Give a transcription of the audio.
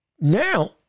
Now